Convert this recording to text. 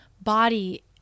body